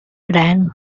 ran